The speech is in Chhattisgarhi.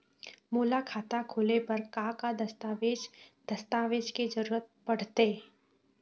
मोला खाता खोले बर का का दस्तावेज दस्तावेज के जरूरत पढ़ते?